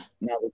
Now